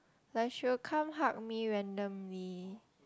like she will come hug me randomly